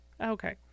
Okay